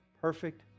perfect